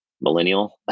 millennial